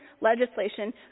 legislation